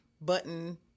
button